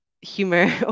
humor